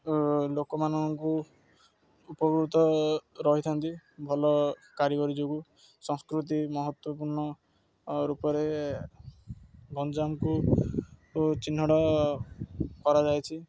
ଲୋକମାନଙ୍କୁ ଉପକୃତ ରହିଥାନ୍ତି ଭଲ କାରିଗରୀ ଯୋଗୁଁ ସଂସ୍କୃତି ମହତ୍ଵପୂର୍ଣ୍ଣ ରୂପରେ ଗଞ୍ଜାମକୁ ଚିହ୍ନଟ କରାଯାଇଛି